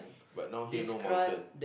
but now here no mountain